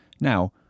Now